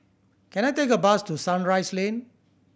can I take a bus to Sunrise Lane